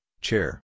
Chair